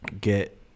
Get